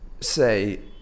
say